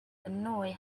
annoy